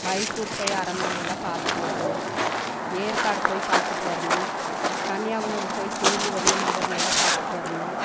மைசூர் போய் அரண்மனை எல்லாம் பார்த்துட்டு வரணும் ஏற்காடு போய் பார்த்துட்டு வரணும் கன்னியாகுமரி போய் சூரிய உதயமாகிறதெல்லாம் பார்த்துட்டு வரணும்